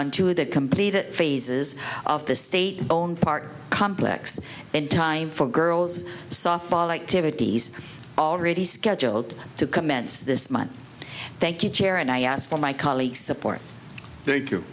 into the complete it phases of the state own part complex in time for girls softball activities already scheduled to commence this month thank you chair and i asked for my colleagues support